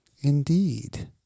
Indeed